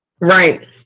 right